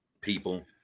people